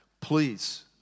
please